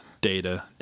data